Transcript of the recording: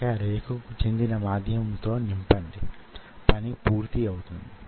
ఇవి జీవ శాస్త్ర భాగంతో మమేకం చేయబడిన పరికరాలు